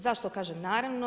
Zašto kažem naravno?